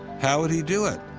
how would he do it?